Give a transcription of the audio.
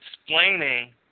explaining